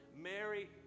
Mary